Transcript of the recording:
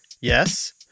yes